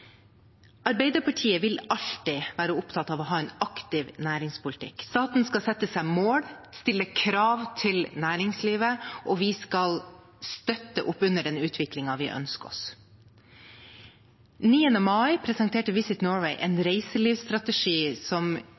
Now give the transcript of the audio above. Arbeiderpartiet vil alltid være opptatt av å ha en aktiv næringspolitikk. Staten skal sette seg mål, stille krav til næringslivet, og vi skal støtte opp under den utviklingen vi ønsker oss. Den 9. mai presenterte Visit Norway en reiselivsstrategi som